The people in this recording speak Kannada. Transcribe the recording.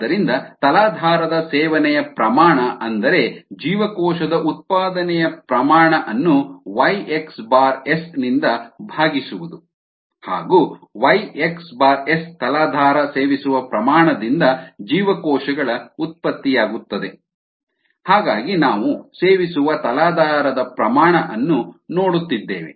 ಆದ್ದರಿಂದ ತಲಾಧಾರದ ಸೇವನೆಯ ಪ್ರಮಾಣ ಅಂದರೆ ಜೀವಕೋಶದ ಉತ್ಪಾದನೆಯ ಪ್ರಮಾಣ ಅನ್ನು Y xS ನಿಂದ ಭಾಗಿಸುವುದು ಹಾಗು Y xS ತಲಾಧಾರ ಸೇವಿಸುವ ಪ್ರಮಾಣದಿಂದ ಜೀವಕೋಶಗಳ ಉತ್ಪತ್ತಿಯಾಗುತ್ತದೆ ಹಾಗಾಗಿ ನಾವು ಸೇವಿಸುವ ತಲಾಧಾರದ ಪ್ರಮಾಣ ಅನ್ನು ನೋಡುತ್ತಿದ್ದೇವೆ